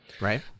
right